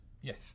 Yes